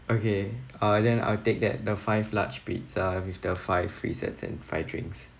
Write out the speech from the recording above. okay uh then I'll take that the five large pizza with the five free sides and five drinks